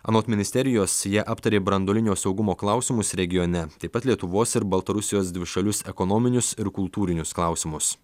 anot ministerijos jie aptarė branduolinio saugumo klausimus regione taip pat lietuvos ir baltarusijos dvišalius ekonominius ir kultūrinius klausimus